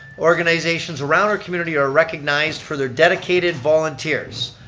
organizations around our community are recognized for their dedicated volunteers.